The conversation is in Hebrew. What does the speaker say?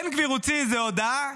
בן גביר הוציא איזה הודעה: